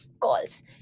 calls